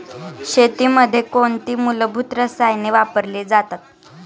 शेतीमध्ये कोणती मूलभूत रसायने वापरली जातात?